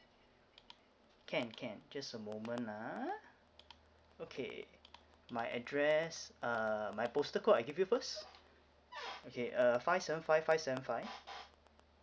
can can just a moment ah okay my address uh my postal code I give you first okay uh five seven five five seven five